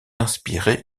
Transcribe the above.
inspiré